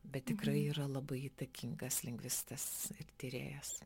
bet tikrai yra labai įtakingas lingvistas ir tyrėjas